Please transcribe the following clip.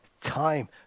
time